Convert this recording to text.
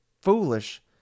foolish